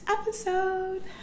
episode